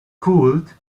cooled